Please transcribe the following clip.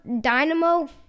dynamo